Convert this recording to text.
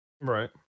Right